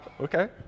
Okay